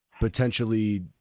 potentially